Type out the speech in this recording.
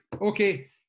okay